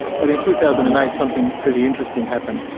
but in two thousand and eight something pretty interesting happened.